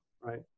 right